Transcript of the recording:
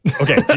okay